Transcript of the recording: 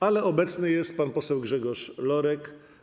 Ale obecny jest pan poseł Grzegorz Lorek.